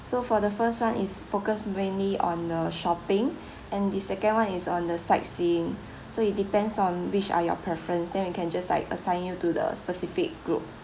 so for the first one is focused mainly on the shopping and the second one is on the sightseeing so it depends on which are your preference then we can just like assign you to the specific group